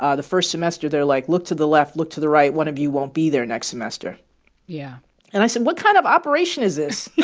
ah the first semester, they're like, look to the left look to the right one of you won't be there next semester yeah and i said, what kind of operation is this?